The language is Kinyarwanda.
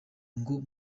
ngo